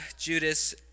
Judas